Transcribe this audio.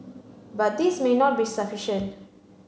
but this may not be sufficient